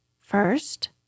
First